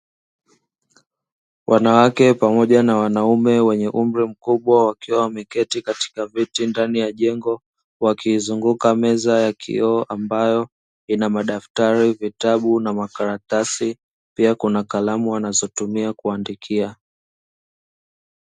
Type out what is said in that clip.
Wanawake pamoja na wanaume wenye umri mkubwa wakiwa wameketi katika viti ndani ya jengo, wakiizunguka meza ya kioo ambayo ina madaftari, vitabu na makaratasi. Pia kuna kalamu wanazotumia kuandikia.